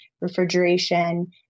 refrigeration